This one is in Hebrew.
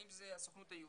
האם זה הסוכנות היהודית,